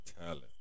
talent